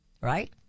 Right